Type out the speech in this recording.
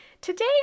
Today